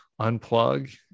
unplug